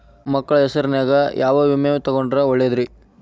ಮಕ್ಕಳ ಹೆಸರಿನ್ಯಾಗ ಯಾವ ವಿಮೆ ತೊಗೊಂಡ್ರ ಒಳ್ಳೆದ್ರಿ?